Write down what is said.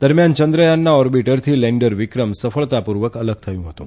દરમ્યાન ચંદ્રયાનના ઓર્બીટરથી લેન્ડર વિક્રમ સફળતાપૂર્વક અલગ થયું હતું